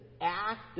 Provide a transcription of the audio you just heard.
act